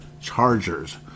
Chargers